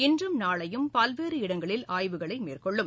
இன்றும் நாளையும் பல்வேறு இடங்களில் ஆய்வுகளை மேற்கொள்ளும்